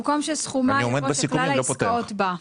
במקום "שסכומה" יבוא "שכלל העסקאות בה".